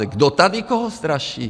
Kdo tady koho straší?